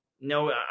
No